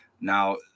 Now